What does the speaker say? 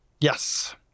Yes